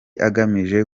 agamije